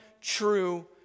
true